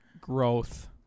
growth